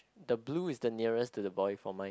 the blue is the nearest to the boy for mine